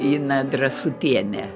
ina drąsutienė